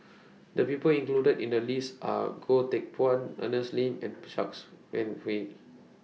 The People included in The list Are Goh Teck Phuan Ernest and Pshanks and Wee